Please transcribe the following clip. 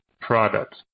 product